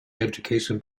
education